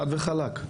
חד וחלק.